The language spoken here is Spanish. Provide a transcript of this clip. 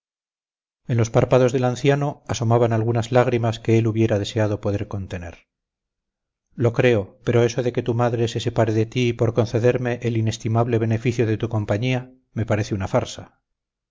en los párpados del anciano asomaban algunas lágrimas que él hubiera deseado poder contener lo creo pero eso de que tu madre se separe de ti por concederme el inestimable beneficio de tu compañía me parece una farsa